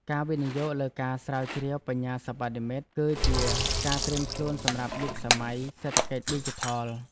ការវិនិយោគលើការស្រាវជ្រាវបញ្ញាសិប្បនិម្មិត គឺជាការត្រៀមខ្លួនសម្រាប់យុគសម័យសេដ្ឋកិច្ចឌីជីថល។